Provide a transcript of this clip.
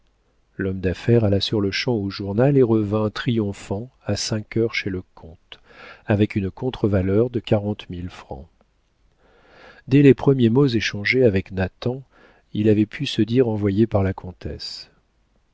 l'homme d'affaires alla sur-le-champ au journal et revint triomphant à cinq heures chez le comte avec une contre valeur de quarante mille francs dès les premiers mots échangés avec nathan il avait pu se dire envoyé par la comtesse